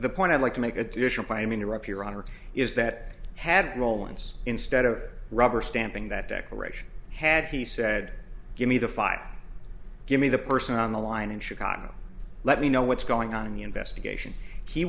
the point i'd like to make additional i mean you're up your honor is that had roland's instead of rubber stamping that declaration had he said give me the file give me the person on the line in chicago let me know what's going on in the investigation he